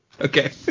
Okay